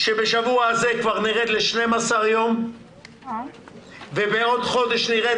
בתקווה שבשבוע הזה כבר נרד ל-12 יום ובעוד חודש נרד,